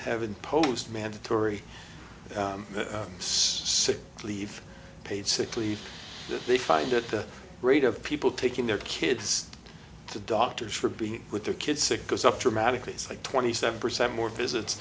heaven post mandatory sick leave paid sick leave that they find at the rate of people taking their kids to doctors for being with their kids sick goes up dramatically it's like twenty seven percent more visits